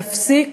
להפסיק